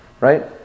right